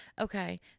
okay